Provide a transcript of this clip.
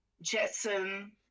Jetson